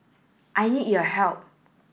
I need your help